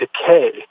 decay